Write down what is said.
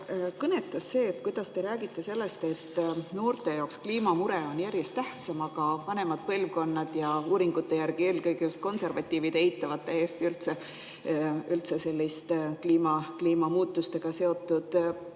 kõnetas see, kuidas te räägite, et noorte jaoks kliimamure on järjest tähtsam. Samas vanemad põlvkonnad ja uuringute järgi eelkõige just konservatiivid eitavad täiesti kliimamuutustega seotud